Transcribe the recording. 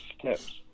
steps